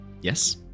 Yes